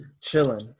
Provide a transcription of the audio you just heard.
Chilling